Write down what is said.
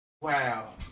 Wow